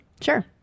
Sure